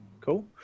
Cool